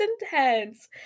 intense